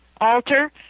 alter